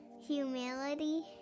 Humility